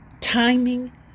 Timing